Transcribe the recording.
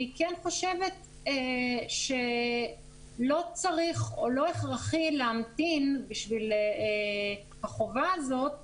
אני כן חושבת שלא צריך או לא הכרחי להמתין בשביל החובה הזאת,